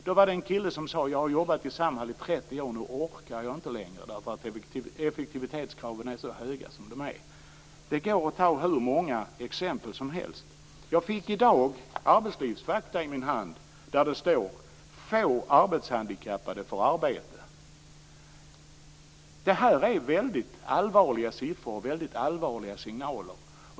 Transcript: Då var det en kille som sade: Jag har jobbat i Samhall i 30 år, nu orkar jag inte längre därför att effektivitetskraven är så höga som de är. Det går att ta hur många exempel som helst. Jag fick i dag Arbetslivsfakta i min hand. Där står: Få arbetshandikappade får arbete. Det här är mycket allvarliga signaler.